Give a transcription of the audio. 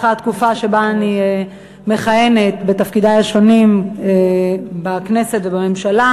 התקופה שבה אני מכהנת בתפקידי השונים בכנסת ובממשלה: